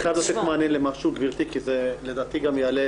אני חייב לתת מענה למשהו כי זה לדעתי גם יעלה